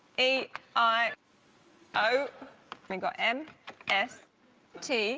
hey i oh thank god m s t